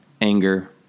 anger